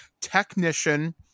technician